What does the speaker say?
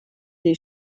les